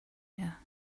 year